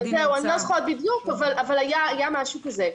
אני לא זוכרת בדיוק, אבל היה משהו כזה.